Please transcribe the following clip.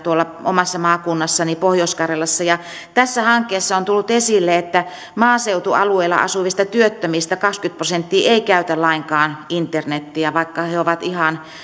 omassa maakunnassani pohjois karjalassa ja tässä hankkeessa on tullut esille että maaseutualueella asuvista työttömistä kaksikymmentä prosenttia ei ei käytä lainkaan internetiä vaikka he he ovat ihan